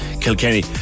Kilkenny